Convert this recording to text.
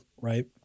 right